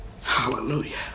Hallelujah